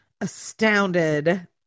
astounded